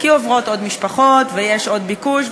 כי עוברות עוד משפחות ויש עוד ביקוש,